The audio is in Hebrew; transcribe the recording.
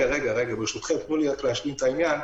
--- ברשותכם, תנו לי להשלים את העניין.